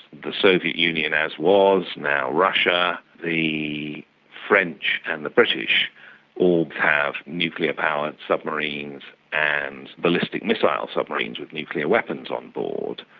the soviet union as was, now russia, the french and the british all have nuclear powered submarines and ballistic missiles submarines with nuclear weapons on board.